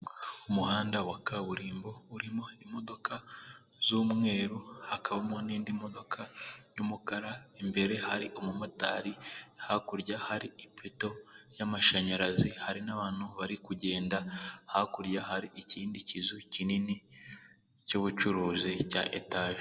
Umuhanda wa kaburimbo urimo imodoka z'umweru, hakabamo n'indi modoka y'umukara, imbere hari umumotari, hakurya hari ipoto y'amashanyarazi, hari n'abantu bari kugenda, hakurya hari ikindi kizu kinini cy'ubucuruzi cya etaje.